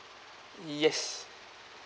yes